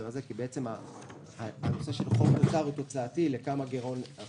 בעצם הנושא של חוב תוצר הוא תוצאתי לכמה גירעון אנחנו